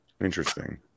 Interesting